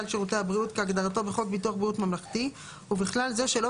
שירותי הבריאות כהגדרתו בחוק ביטוח בריאות ממלכתי ובכלל זה שלא